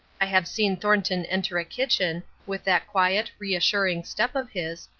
i have seen thornton enter a kitchen, with that quiet reassuring step of his,